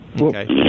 Okay